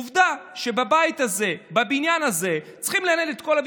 אז כנראה זה עובד: ביקורת בונה זה דבר טוב.